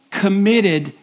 committed